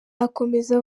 akomeza